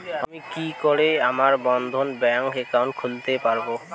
আমি কি করে আমার বন্ধ ব্যাংক একাউন্ট খুলতে পারবো?